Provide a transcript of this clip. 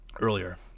Earlier